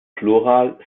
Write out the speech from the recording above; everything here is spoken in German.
plural